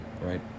right